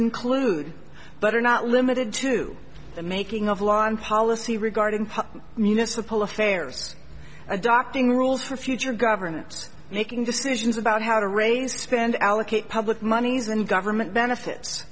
include but are not limited to the making of law on policy regarding municipal affairs adopting rules for future governments making decisions about how to raise spend allocate public monies and government benefits